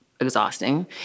exhausting